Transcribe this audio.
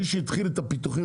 מי שהתחיל את הפיתוחים,